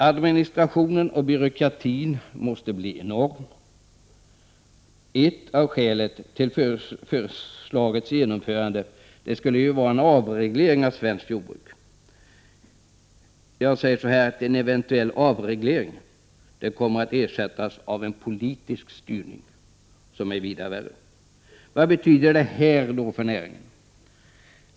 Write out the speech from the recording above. Administrationen och byråkratin måste bli enorma. Ett av skälen till förslagets genomförande skulle ju vara att man ville ha en avreglering av svenskt jordbruk. Jag säger: En eventuell avreglering kommer att ersättas av en politisk styrning, som är vida värre. Vad betyder det här för näringen?